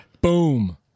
Boom